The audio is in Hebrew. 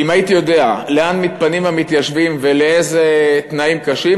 אם הייתי יודע לאן מתפנים המתיישבים ולאיזה תנאים קשים,